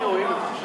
הנה הוא, הנה הוא.